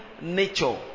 nature